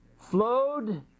flowed